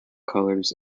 colours